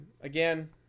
again